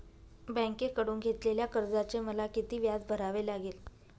बँकेकडून घेतलेल्या कर्जाचे मला किती व्याज भरावे लागेल?